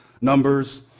numbers